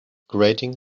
grating